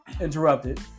Interrupted